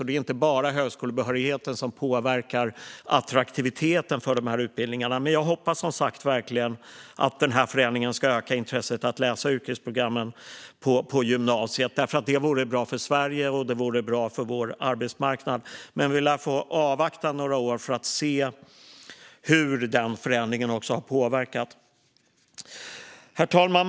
Det är inte bara högskolebehörigheten som påverkar attraktiviteten för utbildningarna. Jag hoppas att förändringen ska öka intresset för att läsa yrkesprogrammen på gymnasiet. Det vore bra för Sverige och för vår arbetsmarknad. Men vi lär få avvakta några år för att se hur den förändringen har påverkat. Herr talman!